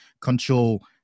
control